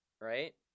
right